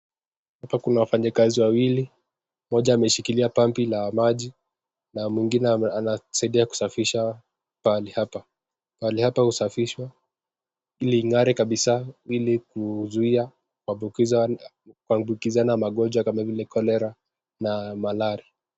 Hapa kuna wafanyikazi wawili. Mmoja ameshikilia pampu la maji na mwingine anasaidia kusafisha pahali hapa. Pahali hapa husafishwa ili ing'are kabisa, ili kuzuia kuambukizana magonjwa kama vile cholera na malaria .